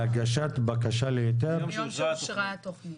מיום שאושרה התכנית.